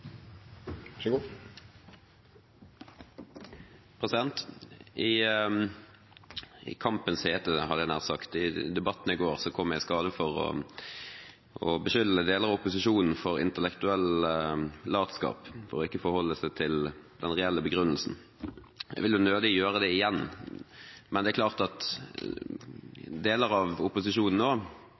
I kampens hete, hadde jeg nær sagt, i debatten i går, kom jeg i skade for å beskylde lederen av opposisjonen for intellektuell latskap, for ikke å forholde seg til den reelle begrunnelsen. Jeg vil nødig gjøre det igjen, men deler av opposisjonen har klart